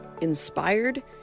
inspired